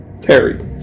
Terry